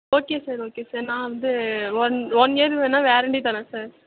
okay sir okay sir நான் வந்து one one year வேணா வேரெண்ட்டி தரேன் சார்